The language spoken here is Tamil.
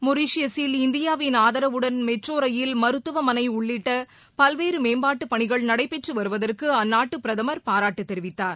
மொரிஷியசில் இந்தியாவின் ஆதரவுடன் மெட்ரோ ரயில் மருத்துவமனை உள்ளிட்ட பல்வேறு மேம்பாட்டு பணிகள் நடைபெற்று வருவதற்கு அந்நாட்டு பிரதமர் பாராட்டு தெரிவித்தார்